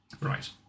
Right